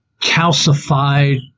calcified